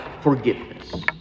forgiveness